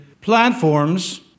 platforms